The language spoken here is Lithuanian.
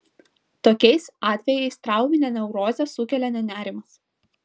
tokiais atvejais trauminę neurozę sukelia ne nerimas